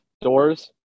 doors